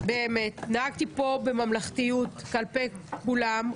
נהגתי פה בממלכתיות כלפי כולם.